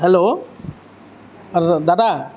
hello দাদা